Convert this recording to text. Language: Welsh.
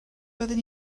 byddwn